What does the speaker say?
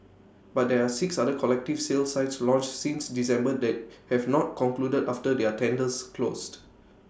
but there are six other collective sale sites launched since December that have not concluded after their tenders closed